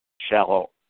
shallow